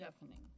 deafening